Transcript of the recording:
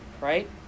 right